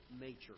nature